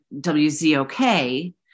WZOK